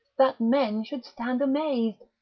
that men should stand amazed.